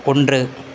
ஒன்று